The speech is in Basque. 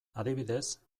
adibidez